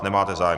Nemáte zájem.